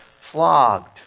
flogged